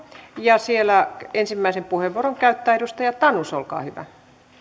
ja siellä ensimmäisen puheenvuoron käyttää edustaja tanus olkaa hyvä